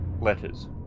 letters